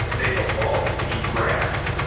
and they've evolved to eat grass.